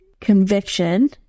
conviction